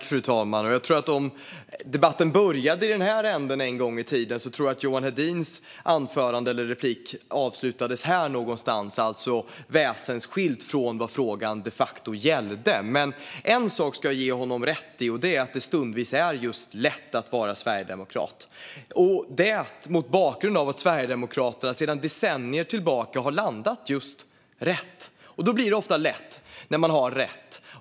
Fru talman! Om debatten började i den ena änden en gång i tiden tror jag att Johan Hedins replik avslutades någonstans i andra änden. Det var väsensskilt från vad frågan de facto gällde. Men en sak ska jag ge honom rätt i, och det är att det stundvis just är lätt att vara sverigedemokrat. Det säger jag mot bakgrund av att Sverigedemokraterna sedan decennier tillbaka har landat just rätt. Det blir ofta lätt när man har rätt.